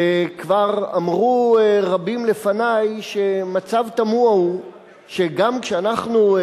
וכבר אמרו רבים לפני שמצב תמוה הוא שגם כשאנחנו,